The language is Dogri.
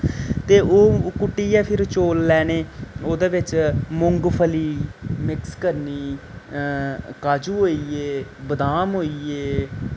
ते ओह् कुटियै फिर चौल लैने ओह्दे बिच्च मूंगफली मिक्स करनी काजू होई गे बदाम होई गे